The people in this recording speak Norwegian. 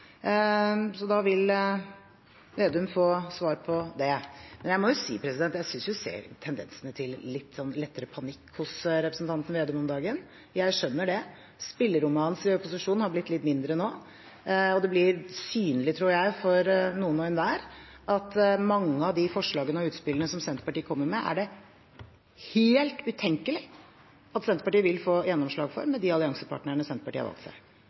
Da vil Slagsvold Vedum få svar på det. Jeg synes jeg ser tendenser til lettere panikk hos representanten Slagsvold Vedum om dagen, og jeg skjønner det. Spillerommet hans i opposisjon har blitt litt mindre nå, og det blir synlig, tror jeg, for noen hver at mange av de forslagene og utspillene som Senterpartiet kommer med, er det helt utenkelig at de vil få gjennomslag for med de alliansepartnerne de har valgt seg.